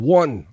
one